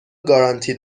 گارانتی